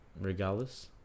regardless